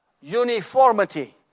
uniformity